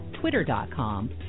twitter.com